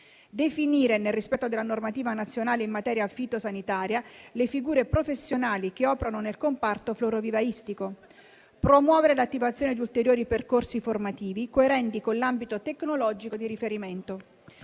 definire, nel rispetto della normativa nazionale in materia fitosanitaria, le figure professionali che operano nel comparto florovivaistico; promuovere l'attivazione di ulteriori percorsi formativi coerenti con l'ambito tecnologico di riferimento;